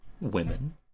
women